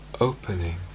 opening